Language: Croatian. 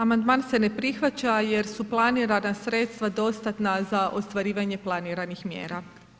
Amandman se ne prihvaća jer su planirana sredstva dostatna za ostvarivanje planiranih mjera.